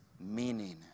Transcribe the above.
meaning